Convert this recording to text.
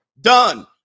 Done